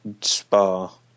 Spa